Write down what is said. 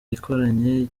ikoranye